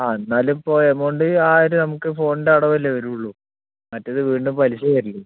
ആ എന്നാലും ഇപ്പോൾ എമൗണ്ട് ആയിരം നമുക്ക് ഫോൺൻ്റെ ആടവല്ലേ വരുവൊള്ളു മറ്റേത് വീണ്ടും പലിശ ആയിരിക്കും